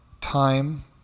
time